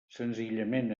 senzillament